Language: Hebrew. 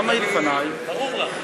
ברור לך?